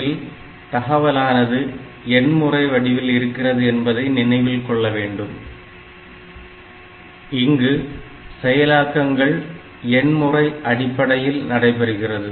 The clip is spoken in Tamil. இதில் தகவலானது எண்முறை வடிவில் இருக்கிறது என்பதை நினைவில் கொள்ளவேண்டும் இங்கு செயலாக்கங்கள் எண் முறை அடிப்படையில் நடைபெறுகிறது